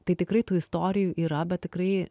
tai tikrai tų istorijų yra bet tikrai